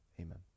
amen